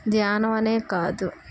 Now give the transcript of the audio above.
ధ్యానం అనే కాదు